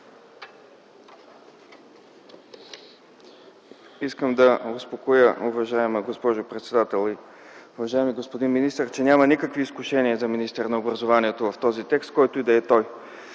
Искам да успокоя, уважаема госпожо председател и уважаеми господин министър, че няма никакви изкушения за министъра на образованието в този текст, който и да е той.